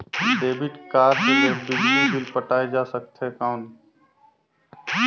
Debit card ले बिजली bill पटाय जा सकथे कौन?